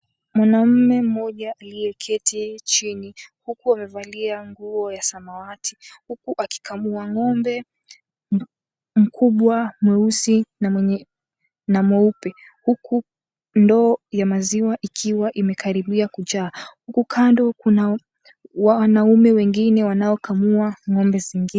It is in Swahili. Mwanaume mmoja aliyeketi chini, huku amevalia nguo ya samawati. Huku akikamua ng'ombe mkubwa, mweusi na mweupe, huku ndoo ya maziwa ikiwa imekaribia kujaa. Huku kando kuna wanaume wengine wanaokamua ng'ombe zingine.